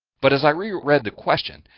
but as i reread the question,